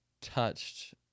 touched